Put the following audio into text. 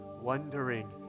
wondering